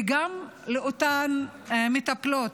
וגם אותן מטפלות.